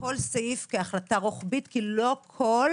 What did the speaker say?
כל סעיף כהחלטה רוחבית כי לא כל